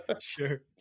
Sure